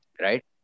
Right